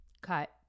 Cut